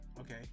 Okay